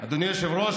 אדוני היושב-ראש,